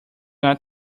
not